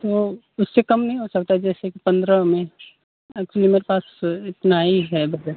तो उससे कम नहीं हो सकता जैसे कि पन्द्रह में ऐक्चुली मेरे पास इतना ही है बजट